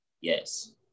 Yes